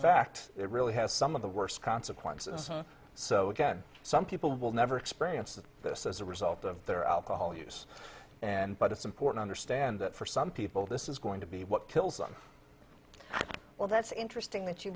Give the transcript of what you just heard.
fact it really has some of the worst consequences so again some people will never experience that this as a result of their alcohol use and but it's important or stan that for some people this is going to be what kills them well that's interesting that you